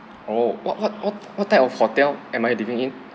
oh what what what type of hotel am I living in